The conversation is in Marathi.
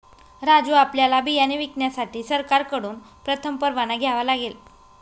राजू आपल्याला बियाणे विकण्यासाठी सरकारकडून प्रथम परवाना घ्यावा लागेल